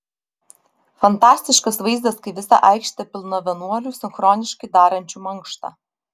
fantastiškas vaizdas kai visa aikštė pilna vienuolių sinchroniškai darančių mankštą